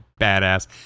badass